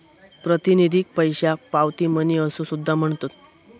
प्रातिनिधिक पैशाक पावती मनी असो सुद्धा म्हणतत